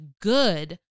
good